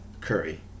Curry